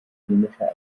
chemische